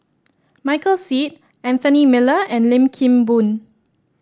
Michael Seet Anthony Miller and Lim Kim Boon